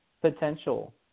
potential